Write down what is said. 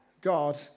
God